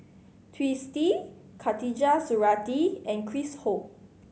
Twisstii Khatijah Surattee and Chris Ho